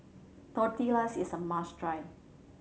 Tortillas is a must try